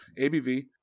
ABV